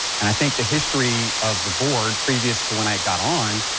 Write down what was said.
and i think the history of the board previous to when i got on,